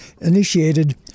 initiated